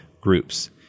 groups